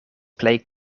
plej